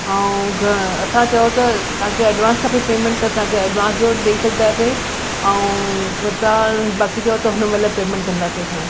ऐं घ असां चओ त तव्हांखे एडवांस खपे पेमेंट त तव्हांखे एडवांस ॾेई छ्ॾंदासीं ऐं तव्हां बाक़ी चओ त हुन महिल पेमेंट कंदासीं